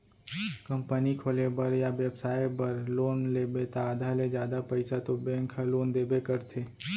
company खोले बर या बेपसाय बर लोन लेबे त आधा ले जादा पइसा तो बेंक ह लोन देबे करथे